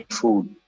food